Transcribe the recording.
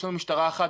יש לנו משטרה אחת,